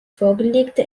vorgelegte